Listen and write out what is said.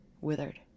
withered